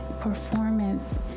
performance